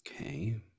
Okay